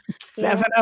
seven